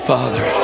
Father